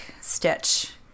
stitch